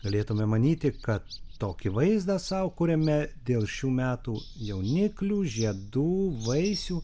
galėtume manyti kad tokį vaizdą sau kuriame dėl šių metų jauniklių žiedų vaisių